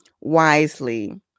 wisely